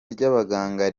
ry’abaganga